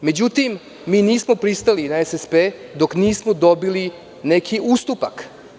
Međutim, mi nismo pristali na SSP dok nismo dobili neki ustupak.